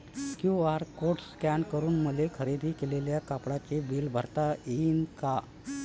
QR code scan करून मले खरेदी केलेल्या कापडाचे बिल भरता यीन का?